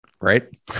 right